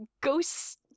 ghost